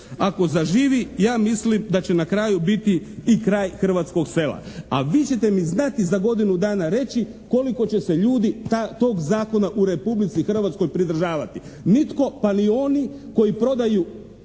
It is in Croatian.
Ako zaživi ja mislim da će na kraju biti i kraj hrvatskog sela. A vi ćete mi znati za godinu dana reći koliko će se ljudi tog zakona u Republici Hrvatskoj pridržavati. Nitko, pa ni oni koji prodaju